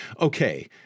Okay